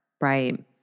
Right